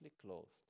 closed